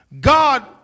God